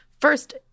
first